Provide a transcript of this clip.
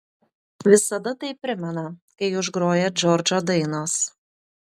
visada tai primena kai užgroja džordžo dainos